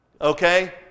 Okay